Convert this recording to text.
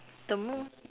the